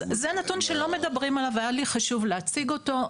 אז זה נתון שלא מדברים עליו והיה לי חשוב להציג אותו.